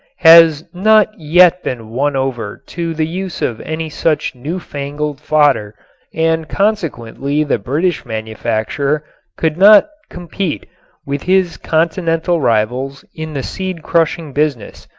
has not yet been won over to the use of any such newfangled fodder and consequently the british manufacturer could not compete with his continental rivals in the seed-crushing business,